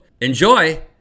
Enjoy